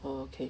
oh okay